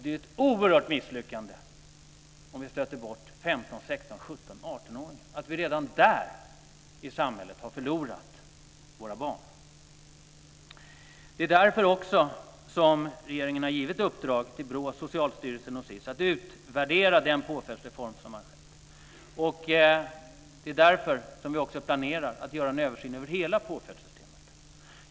Det vore ett oerhört misslyckande om vi stötte bort 15 18-åringar, om samhället redan där förlorar sina barn. Det är därför som regeringen har gett i uppdrag till BRÅ, Socialstyrelsens och SIS att utvärdera den påföljdsreform som har skett. Det är också därför som vi har planerat att göra en översyn över hela påföljdssystemet.